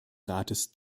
rates